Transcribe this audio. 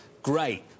great